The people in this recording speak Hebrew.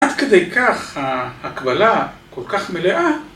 עד כדי כך ההקבלה כל כך מלאה